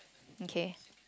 mm kay